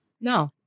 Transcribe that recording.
no